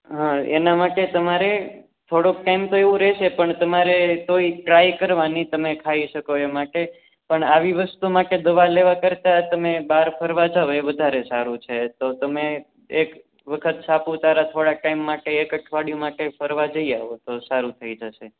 હં એના માટે તમારે થોડોક ટાઇમ તો એવું રહેશે પણ તમારે તોય ટ્રાય કરવાની તમે ખાઈ શકો એ માટે પણ આવી વસ્તુ માટે દવા લેવા કરતાં તમે બહાર ફરવા જાવ એ વધારે સારું છે તો તમે એક વખત સાપુતારા થોડાક ટાઈમ માટે એક અઠવાડિયું માટે ફરવા જઈ આવો તો સારું થઈ જશે